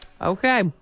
Okay